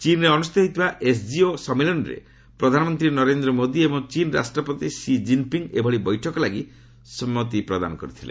ଚୀନ୍ରେ ଅନୁଷ୍ଠିତ ହୋଇଥିବା ଏସ୍ସିଓ ସମ୍ମିଳନୀରେ ପ୍ରଧାନମନ୍ତ୍ରୀ ନରେନ୍ଦ୍ର ମୋଦି ଏବଂ ଚୀନ୍ ରାଷ୍ଟ୍ରପତି ସି ଜିନ୍ ପିଙ୍ଗ୍ ଏଭଳି ବୈଠକ ଲାଗି ସମ୍ମତି ପ୍ରକାଶ କରିଥିଲେ